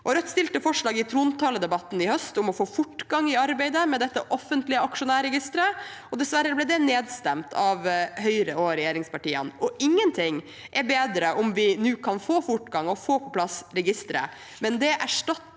Rødt fremmet forslag i trontaledebatten i høst om å få fortgang i arbeidet med dette offentlige aksjonærregisteret. Dessverre ble det nedstemt av Høyre og regjeringspartiene. Ingenting er bedre enn om vi nå kan få fortgang og få på plass registeret, men det erstatter